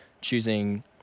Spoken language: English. choosing